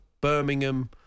Birmingham